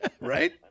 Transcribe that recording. Right